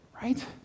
right